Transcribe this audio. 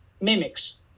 mimics